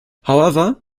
however